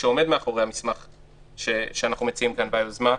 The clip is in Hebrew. שעומד מאחורי המסמך שאנחנו מציעים כאן והיוזמה,